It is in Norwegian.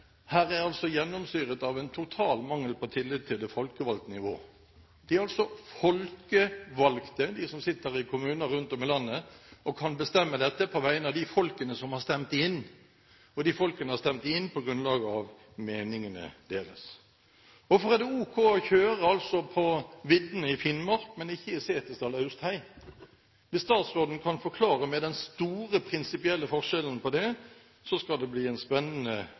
Her er det gjennomsyret av en total mangel på tillit til det folkevalgte nivå. De som sitter i kommunene rundt om i landet, er folkevalgte og kan bestemme dette på vegne av de folkene som har stemt dem inn, og de folkene har stemt dem inn på grunnlag av meningene deres. Hvorfor er det ok å kjøre på viddene i Finnmark, men ikke i Setesdal Austhei? Hvis statsråden kan forklare meg den store prinsipielle forskjellen på det, skal det bli en spennende